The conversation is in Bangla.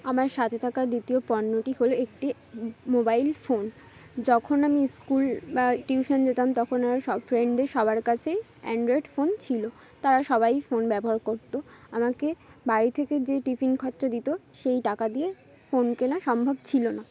আমার সাথে থাকা দ্বিতীয় পণ্যটি হলো একটি মোবাইল ফোন যখন আমি স্কুল বা টিউশন যেতাম তখন আমার সব ফ্রেন্ডদের সবার কাছেই অ্যান্ড্রয়েড ফোন ছিল তারা সবাই ফোন ব্যবহার করত আমাকে বাড়ি থেকে যে টিফিন খরচা দিত সেই টাকা দিয়ে ফোন কেনা সম্ভব ছিল না